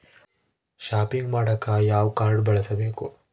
Shopping ಮಾಡಾಕ ಯಾವ card ಬಳಸಬೇಕು?